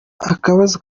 akabazo